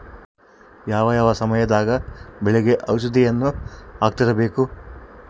ಯಾವ ಯಾವ ಸಮಯದಾಗ ಬೆಳೆಗೆ ಔಷಧಿಯನ್ನು ಹಾಕ್ತಿರಬೇಕು?